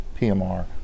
PMR